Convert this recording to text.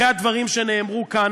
אחרי הדברים שנאמרו כאן,